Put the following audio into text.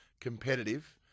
competitive